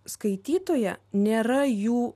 skaitytoją nėra jų